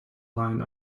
line